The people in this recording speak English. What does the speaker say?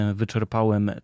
wyczerpałem